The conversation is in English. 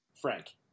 Frank